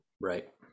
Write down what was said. Right